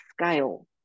scale